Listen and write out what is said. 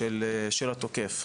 של התוקף.